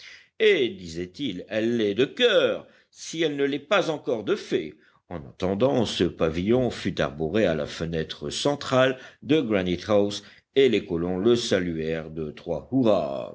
et disait-il elle l'est de coeur si elle ne l'est pas encore de fait en attendant ce pavillon fut arboré à la fenêtre centrale de granite house et les colons le saluèrent de trois